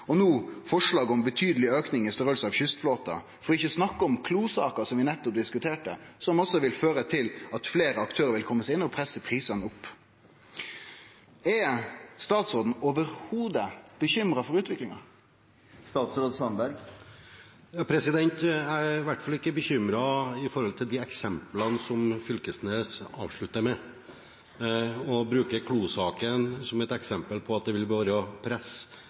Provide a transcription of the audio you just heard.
og no forslag om betydeleg auke i storleiken på kystflåte – for ikkje å snakke om Klo-saka, som vi nettopp diskuterte, som også vil føre til at fleire aktørar vil kome seg inn og presse prisane opp. Er statsråden i det heile bekymra for utviklinga? Jeg er i hvert fall ikke bekymret når det gjelder de eksemplene Fylkesnes avsluttet med. Å bruke Klo-saken som et eksempel på at det vil være press